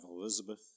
Elizabeth